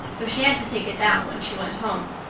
though she had to take it down when she went home.